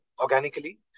organically